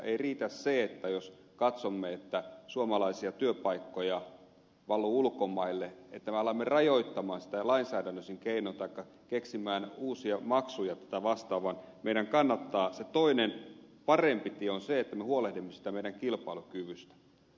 ei riitä se jos katsomme että suomalaisia työpaikkoja valuu ulkomaille että me alamme rajoittaa sitä lainsäädännöllisin keinoin tai keksiä uusia maksuja tätä vastaan vaan meidän kannattaa valita toinen parempi tie eli se että me huolehdimme meidän kilpailukyvystämme